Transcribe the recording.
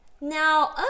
Now